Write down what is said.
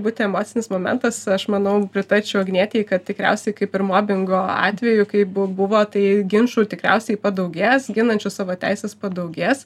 būti emocinis momentas aš manau pritarčiau agnietei kad tikriausiai kaip ir mobingo atveju kai buvo tai ginčų tikriausiai padaugės ginančių savo teises padaugės